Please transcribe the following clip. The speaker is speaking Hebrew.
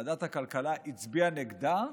ועדת הכלכלה הצביעה נגדה,